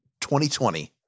2020